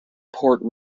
port